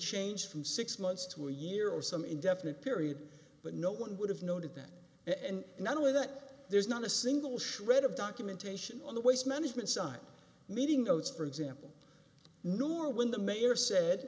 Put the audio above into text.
changed from six months to a year or some indefinite period but no one would have noted that and not only that there's not a single shred of documentation on the waste management side meeting those for example nor when the mayor said